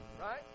right